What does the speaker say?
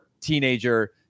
teenager